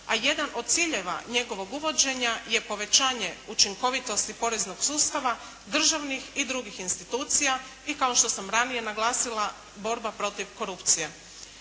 a jedan od ciljeva njegovog uvođenja je povećanje učinkovitosti poreznog sustava državnih i drugih institucija i kao što sam ranije naglasila, borba protiv korupcije.